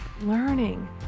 learning